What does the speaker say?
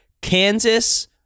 Kansas